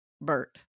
Bert